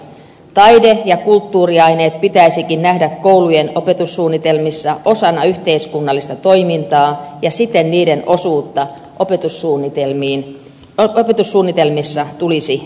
taide ja kulttuuriaineet pitäisikin nähdä koulujen opetussuunnitelmissa osana yhteiskunnallista toimintaa ja siten niiden osuutta opetussuunnitelmissa tulisi lisätä